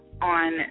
on